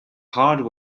heart